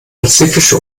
pazifische